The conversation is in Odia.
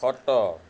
ଖଟ